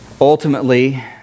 Ultimately